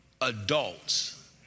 adults